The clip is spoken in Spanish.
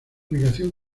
ubicación